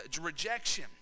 rejection